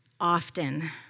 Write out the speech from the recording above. often